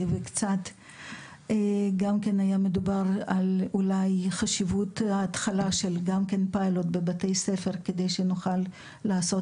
גם כן היה מדובר על חשיבות התחלה של פיילוט בבתי ספר כדי שנוכל לעשות